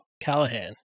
Callahan